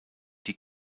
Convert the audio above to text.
die